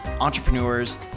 entrepreneurs